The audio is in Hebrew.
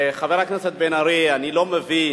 חבר הכנסת בן-ארי, אני לא מבין.